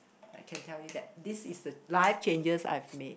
I can tell you that this is the life changes I've made